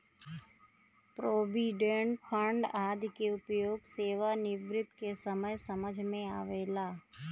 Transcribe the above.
provident fund आदि के उपयोग सेवानिवृत्ति के समय समझ में आवेला